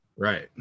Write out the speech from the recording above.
right